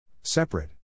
Separate